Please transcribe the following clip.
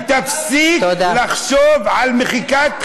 ותפסיק לחשוב על מחיקת חיוך.